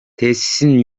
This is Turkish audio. tesisin